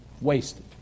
Wasted